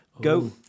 go